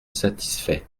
satisfait